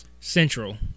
Central